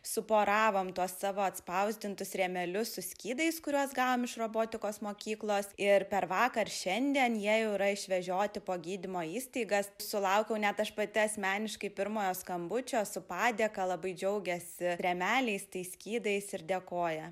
suporavom tuos savo atspausdintus rėmelius su skydais kuriuos gavom iš robotikos mokyklos ir per vakar šiandien jie jau yra išvežioti po gydymo įstaigas sulaukiau net aš pati asmeniškai pirmojo skambučio su padėka labai džiaugiasi rėmeliais tais skydais ir dėkoja